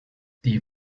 die